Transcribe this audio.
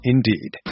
Indeed